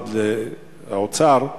משרד האוצר,